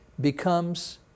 becomes